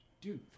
dude